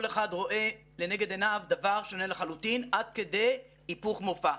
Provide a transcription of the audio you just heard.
אחד רואה לנגד עיניו דבר שונה לחלוטין עד כדי היפוך מופע.